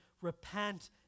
repent